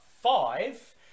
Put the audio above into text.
five